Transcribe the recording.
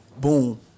boom